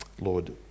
Lord